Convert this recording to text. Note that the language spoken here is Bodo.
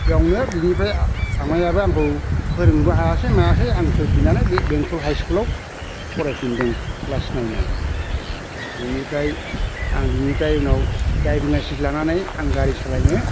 बेवनो बिनिफ्राय आमाइयाबो आंखौ फोरोंनोबो हायासै मायासै आं फैफिननानै बे बेंथल हाइ स्कुलाव फरायफिनदों क्लास नाइनाव बिनिफ्राय आं बिनिफ्राय उनाव ड्राइभिं लायसेन्स लानानै आं गारि सालायनो